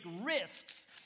risks